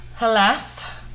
alas